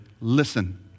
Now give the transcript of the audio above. listen